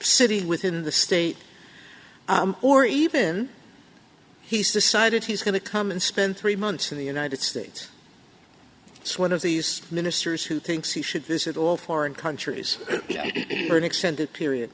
city within the state or even he's decided he's going to come and spend three months in the united states it's one of these ministers who thinks he should visit all foreign countries for an extended period